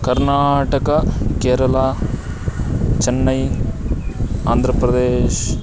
कर्नाटक केरला चेन्नै आन्द्रप्रदेशः